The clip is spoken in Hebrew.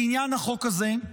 לעניין החוק הזה,